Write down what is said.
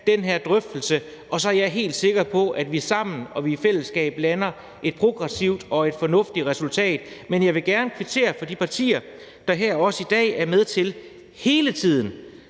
den her drøftelse, og så er jeg helt sikker på, at vi sammen og i fællesskab lander et progressivt og fornuftigt resultat. Men jeg vil gerne kvittere de partier, der her også i dag er med til hele tiden